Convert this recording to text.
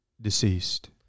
deceased